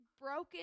broken